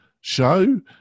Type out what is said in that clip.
Show